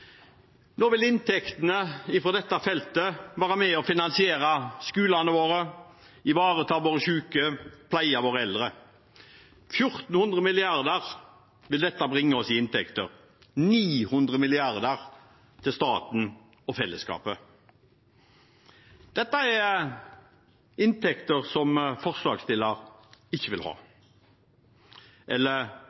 Nå vil inntektene fra dette feltet være med på å finansiere skolene våre, ivareta våre syke og pleie våre eldre. 1 400 mrd. kr vil dette bringe oss i inntekter, 900 mrd. kr til staten og fellesskapet. Dette er inntekter som forslagsstillerne ikke vil ha